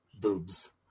Boobs